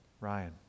Ryan